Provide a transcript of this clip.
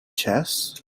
chess